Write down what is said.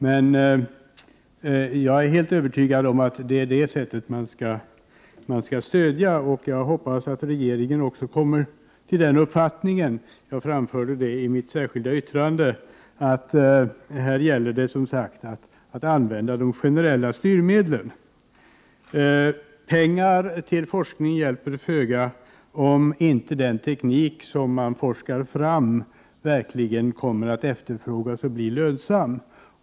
Men jag är helt övertygad om att det är så man skall handla, och jag hoppas att regeringen också kommer till den uppfattningen. Jag pekade i mitt särskilda yttrande på att det här gäller att använda de generella styrmedlen. Pengar till forskning hjälper föga, om inte den teknik som man forskar fram verkligen kommer att efterfrågas och bli lönsam.